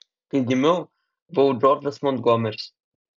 kai gimiau buvau džordžas montgomeris